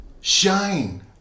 Shine